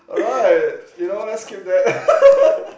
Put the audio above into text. alright you know let's keep that